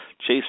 Chase